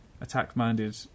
attack-minded